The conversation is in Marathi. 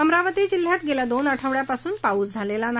अमरावती जिल्ह्यात गेल्या दोन आठवडयांपासून पाऊस झालेला नाही